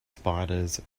spiders